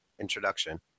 introduction